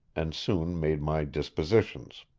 and soon made my dispositions.